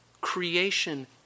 Creation